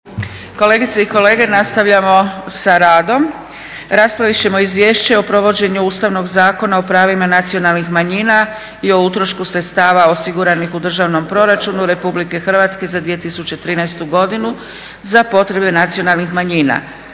Kolegice i kolege nastavljamo sa radom. Raspravit ćemo: - Izvješće o provođenju Ustavnog zakona o pravima nacionalnih manjina i o utrošku sredstava osiguranih u državnom proračunu Republike Hrvatske za 2013. godinu za potrebe nacionalnih manjina.